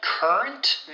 Current